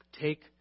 Take